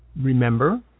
remember